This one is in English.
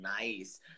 Nice